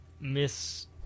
miss